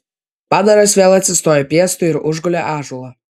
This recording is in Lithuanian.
padaras vėl atsistojo piestu ir užgulė ąžuolą